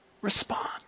respond